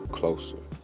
closer